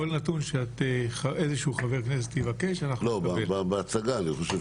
כל נתון שאיזה שהוא חבר כנסת יבקש --- אבל בהצגת הדברים,